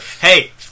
Hey